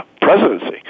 presidency